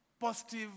positive